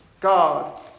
God